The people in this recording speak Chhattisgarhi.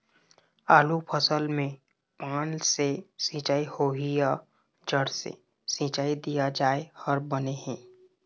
आलू फसल मे पान से सिचाई होही या जड़ से सिचाई दिया जाय हर बने हे?